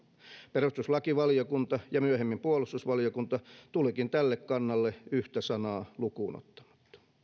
perustuslakivaliokunta ja myöhemmin puolustusvaliokunta tulivatkin tälle kannalle yhtä sanaa lukuun ottamatta